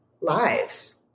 lives